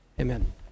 Amen